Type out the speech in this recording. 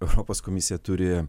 europos komisija turi